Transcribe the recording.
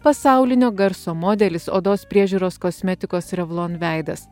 pasaulinio garso modelis odos priežiūros kosmetikos revlon veidas